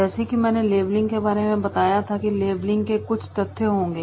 जैसा कि मैंने लेबलिंग के बारे में बताया था कि लेबलिंग के कुछ तथ्य होंगे